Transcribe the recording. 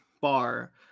bar